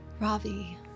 Ravi